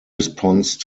response